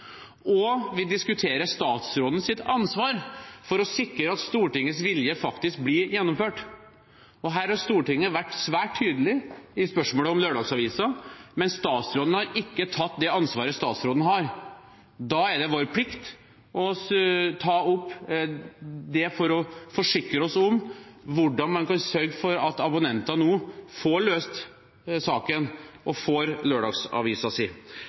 Vi diskuterer statsrådens ansvar for å sikre at Stortingets vilje faktisk blir gjennomført. Her har Stortinget vært svært tydelig i spørsmålet om lørdagsaviser, men statsråden har ikke tatt det ansvaret statsråden har. Da er det vår plikt å ta det opp og forsikre oss om at man sørger for at saken blir løst og abonnenter får